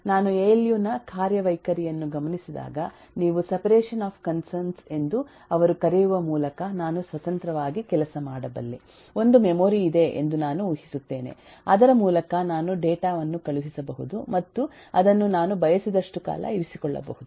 ನಾನು A L U ನ ಕಾರ್ಯವೈಖರಿಯನ್ನು ಗಮನಿಸಿದಾಗ ನೀವು ಸೆಪರೇಷನ್ ಆಫ್ ಕನ್ಸರ್ನ್ಸ್ ಎಂದು ಅವರು ಕರೆಯುವ ಮೂಲಕ ನಾನು ಸ್ವತಂತ್ರವಾಗಿ ಕೆಲಸ ಮಾಡಬಲ್ಲೆ ಒಂದು ಮೆಮೊರಿ ಇದೆ ಎಂದು ನಾನು ಊಹಿಸುತ್ತೇನೆ ಅದರ ಮೂಲಕ ನಾನು ಡೇಟಾವನ್ನು ಕಳುಹಿಸಬಹುದು ಮತ್ತು ಅದನ್ನು ನಾನು ಬಯಸಿದಷ್ಟು ಕಾಲ ಇರಿಸಿಕೊಳ್ಳಬಹುದು